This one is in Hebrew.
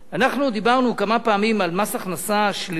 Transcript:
אנחנו דיברנו כמה פעמים על מס הכנסה שלילי,